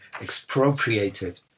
expropriated